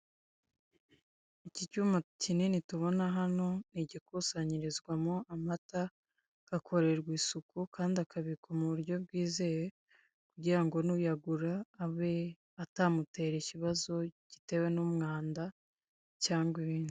Iki cyuma kinini tubona hano nigikusanyirizwamo amata agakorerwa isuku Kandi akabikwa muburyo bwizewe kugirango nuyagura abe atamutera ikibazo gitewe n'umwanda cyangwa ibindi.